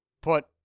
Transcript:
put